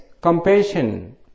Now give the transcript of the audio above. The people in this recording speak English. compassion